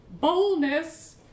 Boldness